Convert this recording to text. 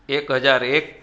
એક હજાર એક